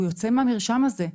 הוא יוצא מהמרשם הזה.